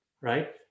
right